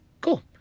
Cool